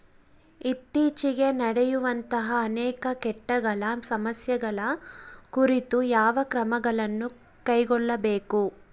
ಇತ್ತೇಚಿಗೆ ನಡೆಯುವಂತಹ ಅನೇಕ ಕೇಟಗಳ ಸಮಸ್ಯೆಗಳ ಕುರಿತು ಯಾವ ಕ್ರಮಗಳನ್ನು ಕೈಗೊಳ್ಳಬೇಕು?